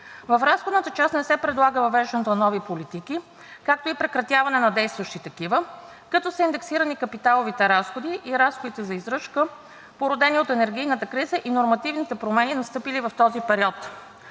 В разходната част не се предлага въвеждането на нови политики, както и прекратяване на действащи такива, като са индексирани капиталовите разходи и разходите за издръжка, породени от енергийната криза и нормативните промени, настъпили в този период.